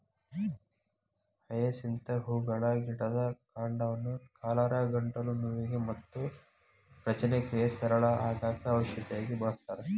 hyacinth ಹೂಗಳ ಗಿಡದ ಕಾಂಡವನ್ನ ಕಾಲರಾ, ಗಂಟಲು ನೋವಿಗೆ ಮತ್ತ ಪಚನಕ್ರಿಯೆ ಸರಳ ಆಗಾಕ ಔಷಧಿಯಾಗಿ ಬಳಸ್ತಾರ